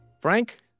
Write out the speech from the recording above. Frank